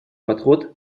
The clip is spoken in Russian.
подход